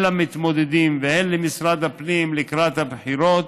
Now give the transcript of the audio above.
למתמודדים והן למשרד הפנים לקראת הבחירות,